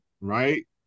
right